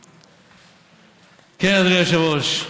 כן, אדוני היושב-ראש,